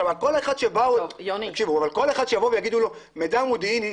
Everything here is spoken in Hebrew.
כל אחד שיבואו ויגידו לו מידע מודיעיני,